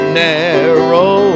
narrow